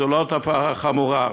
זו לא תופעה חמורה.